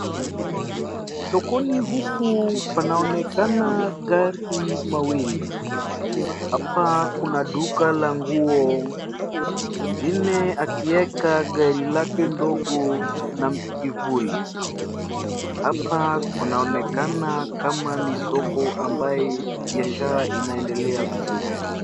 Sokoni huku panaonekana magari mawili hapa kuna duka la nguo mwingine akiweka gari lake ndogo na kivuli hapa kunaonekana kama ni soko ambaye biashara inaendelea vizuri.